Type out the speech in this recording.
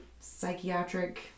psychiatric